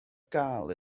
gael